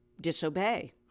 disobey